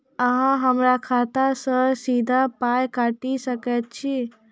अहॉ हमरा खाता सअ सीधा पाय काटि सकैत छी?